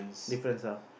different style